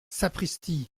sapristi